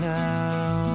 now